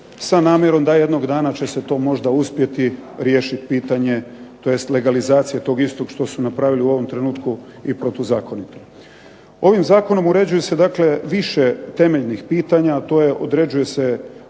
sa namjerom da jednog dana će se to možda uspjeti riješiti pitanje, tj. legalizacije tog istog što su napravili u ovom trenutku i protuzakonito. Ovim zakonom uređuje se dakle više temeljnih pitanja, a to je određuje se